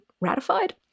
ratified